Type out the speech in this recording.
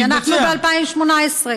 ואנחנו ב-2018.